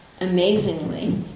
amazingly